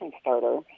starter